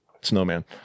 snowman